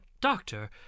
doctor